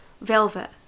Velvet